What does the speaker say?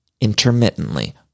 intermittently